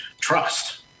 trust